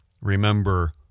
remember